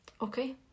Okay